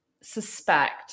suspect